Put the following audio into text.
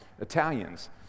Italians